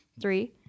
Three